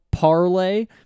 parlay